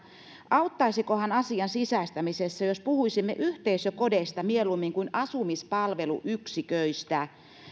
auttaisikohan asian sisäistämisessä jos puhuisimme yhteisökodeista mieluummin kuin asumispalveluyksiköistä